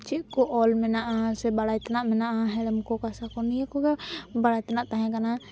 ᱪᱮᱫ ᱠᱚ ᱚᱞ ᱢᱮᱱᱟᱜᱼᱟ ᱥᱮ ᱵᱟᱲᱟᱭ ᱛᱮᱱᱟᱜ ᱢᱮᱱᱟᱜᱼᱟ ᱦᱮᱲᱮᱢ ᱠᱚ ᱠᱟᱥᱟ ᱠᱚ ᱱᱤᱭᱟᱹ ᱠᱚᱜᱮ ᱵᱟᱲᱟᱭ ᱛᱮᱱᱟᱜ ᱛᱟᱦᱮᱸ ᱠᱟᱱᱟ